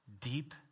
deep